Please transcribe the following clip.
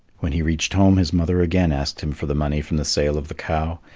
when he reached home, his mother again asked him for the money from the sale of the cow.